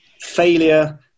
failure